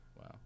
Wow